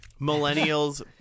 millennials